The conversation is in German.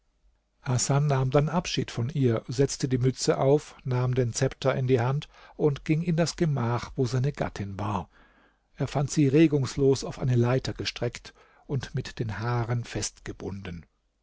nahm dann abschied von ihr setzte die mütze auf nahm den zepter in die hand und ging in das gemach wo seine gattin war er fand sie regungslos auf eine leiter gestreckt und mit den haaren festgebunden